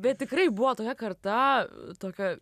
bet tikrai buvo tokia karta tokio